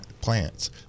plants